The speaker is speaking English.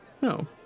No